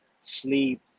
sleep